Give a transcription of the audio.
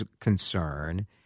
concern